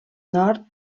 nord